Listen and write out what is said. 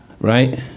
right